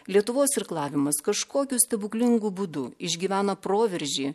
lietuvos irklavimas kažkokiu stebuklingu būdu išgyvena proveržį